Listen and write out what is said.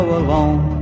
alone